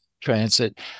transit